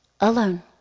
alone